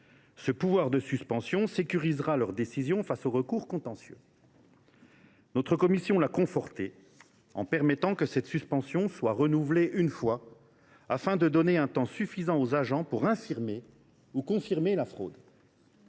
Ce pouvoir de suspension sécurisera leurs décisions face aux recours contentieux. Notre commission l’a conforté en permettant que cette suspension soit renouvelée une fois, afin de donner un temps suffisant aux agents pour infirmer ou confirmer la fraude.